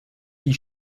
die